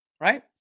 Right